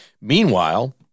Meanwhile